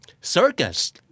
Circus